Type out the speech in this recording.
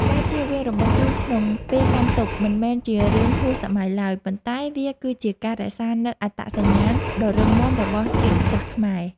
ការជៀសវាងរបស់ជូរក្នុងពេលកាន់ទុក្ខមិនមែនជារឿងហួសសម័យឡើយ ប៉ុន្តែ វាគឺជាការរក្សានូវអត្តសញ្ញាណដ៏រឹងមាំរបស់ជាតិសាសន៍ខ្មែរ។